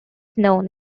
known